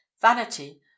vanity